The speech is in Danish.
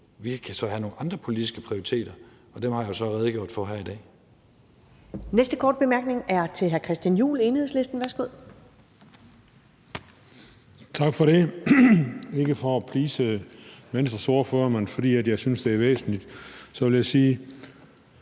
Vi kan så have nogle andre politiske prioriteter, og dem har jeg jo så redegjort for her i dag.